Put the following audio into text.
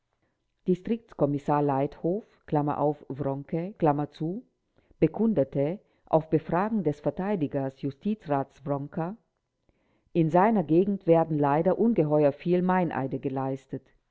distriktskommissar leithof wronke bekundete auf befragen des verteidigers justizrats wronker in seiner gegend werden leider ungeheuer viel meineide geleistet